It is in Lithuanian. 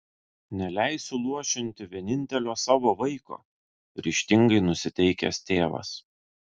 neleisiu luošinti vienintelio savo vaiko ryžtingai nusiteikęs tėvas